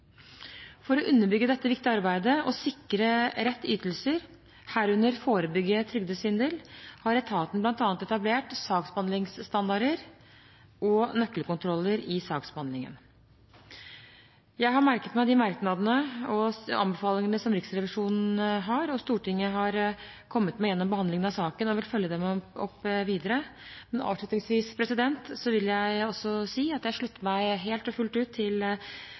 For å underbygge dette viktige arbeidet og sikre rette ytelser, herunder forebygge trygdesvindel, har etaten bl.a. etablert saksbehandlingsstandarder og nøkkelkontroller i saksbehandlingen. Jeg har merket meg de merknadene og anbefalingene som Riksrevisjonen har, og det som Stortinget har kommet med gjennom behandlingen av saken, og jeg vil følge dette opp videre. Avslutningsvis vil jeg også si at jeg slutter meg helt og fullt ut til